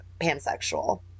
pansexual